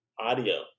audio